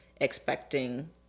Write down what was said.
expecting